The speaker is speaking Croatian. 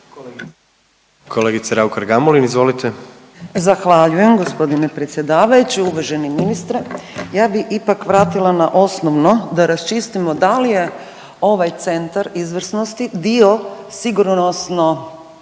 **Raukar-Gamulin, Urša (Možemo!)** Zahvaljujem gospodine predsjedavajući. Uvaženi ministre, ja bi ipak vratila na osnovno da raščistimo da li je ovaj centra izvrsnosti dio sigurnosno